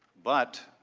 but,